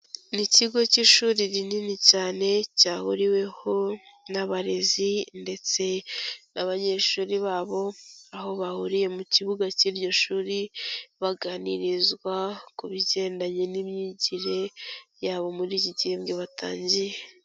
Ni ikigo cy'ishuri rinini cyane, cyahuriweho n'abarezi ndetse n'abanyeshuri babo, aho bahuriye mu kibuga cy'iryo shuri, baganirizwa ku bigendanye n'imyigire yabo muri iki gihembwe batangiye.